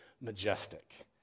majestic